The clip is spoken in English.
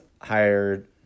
hired